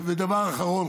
ודבר אחרון,